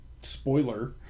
spoiler